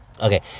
Okay